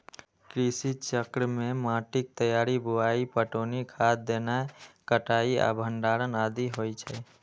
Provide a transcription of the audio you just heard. कृषि चक्र मे माटिक तैयारी, बुआई, पटौनी, खाद देनाय, कटाइ आ भंडारण आदि होइ छै